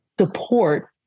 support